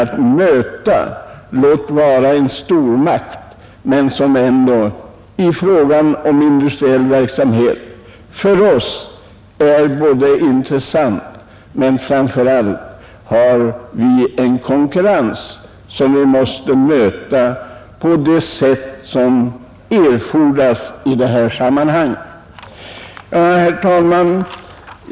Det är visserligen en stormakt, men i fråga om industriell verksamhet är landet intressant för oss och erbjuder en konkurrens som vi måste möta på det sätt som erfordras i sammanhanget. Herr talman!